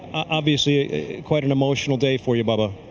obviously quite an emotional day for you, bubba.